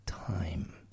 time